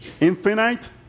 infinite